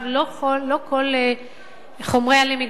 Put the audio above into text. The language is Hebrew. לא כל חומרי הלמידה,